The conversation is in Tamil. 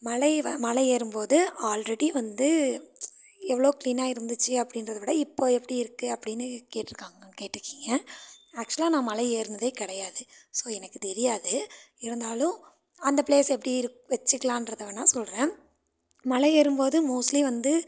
மலை வ மலை ஏறும் போது ஆல்ரெடி வந்து எவ்வளோ க்ளீனாக இருந்துச்சு அப்படின்றத விட இப்போது எப்படி இருக்குது அப்படின்னு கேட்டிருக்காங்க கேட்டிருக்கிங்க ஆக்சுலாக நான் மலை ஏறினதே கிடையாது ஸோ எனக்கு தெரியாது இருந்தாலும் அந்த ப்ளேஸ் எப்படி இருக் வச்சுக்கலாம்ன்றதை வேணா சொல்கிறேன் மலை ஏறும் போது மோஸ்ட்லி வந்து